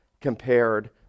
compared